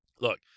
Look